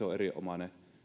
on erinomainen